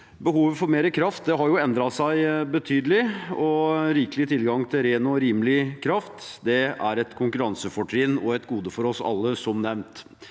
Behovet for mer kraft har endret seg betydelig. Rikelig tilgang til ren og rimelig kraft er et konkurransefortrinn og et gode for oss alle, som nevnt.